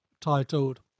titled